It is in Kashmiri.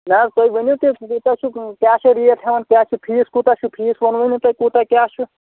نہ حظ تُہۍ ؤنِو تہٕ کوٗتاہ چھُ کیٛاہ چھُ ریٹ ہٮ۪وان کیٛاہ چھِ فیٖس کوٗتاہ چھُ فیٖس وۄنوُے نہٕ تۄہہِ کوٗتاہ کیٛاہ چھُ